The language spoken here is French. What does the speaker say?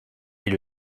est